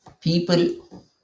People